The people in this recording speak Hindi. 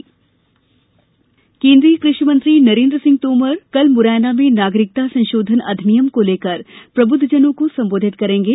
भाजपा अभियान केन्द्रीय कृषि मंत्री नरेन्द्र सिंह तोमर कल मुरैना में नागरिकता संशोधन अधिनियम को लेकर प्रबुद्धजनों को संबोधित करेंगे